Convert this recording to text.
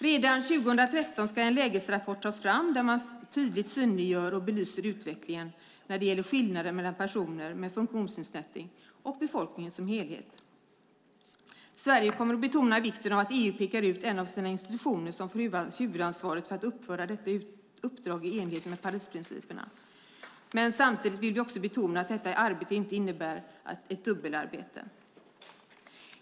Redan 2013 ska en lägesrapport tas fram där man tydligt ska synliggöra och belysa utvecklingen när det gäller skillnader mellan personer med funktionsnedsättning och befolkningen som helhet. Sverige kommer att betona vikten av att EU pekar ut en av sina institutioner som får huvudansvaret för att utföra detta uppdrag i enlighet med Parisprinciperna. Samtidigt vill vi också betona att detta arbete inte ska innebära dubbelarbete.